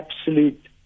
absolute